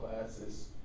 classes